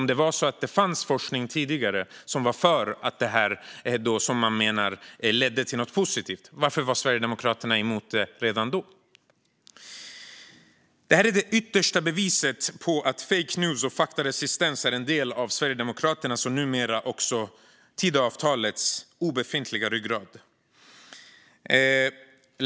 Om det nu var så att det tidigare fanns forskning som var för modersmålsundervisning och visade att det ledde till något positivt kan man ju undra varför Sverigedemokraterna var emot det redan då. Det här är det yttersta beviset på att fake news och faktaresistens är en del av Sverigedemokraternas, och numera också Tidöavtalets, obefintliga ryggrad.